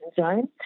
zone